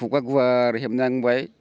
खुगा गुवार हेबनांबाय